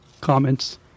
comments